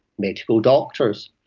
medical doctors.